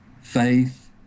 faith